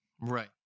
Right